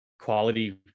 quality